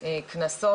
בחשבונית?